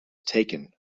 taken